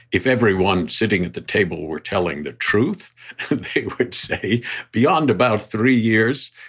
if everyone sitting at the table were telling the truth, they would say beyond about three years,